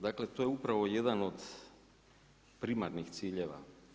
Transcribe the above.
Dakle, to je upravo jedan od primarnih ciljeva.